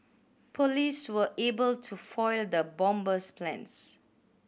police were able to foil the bomber's plans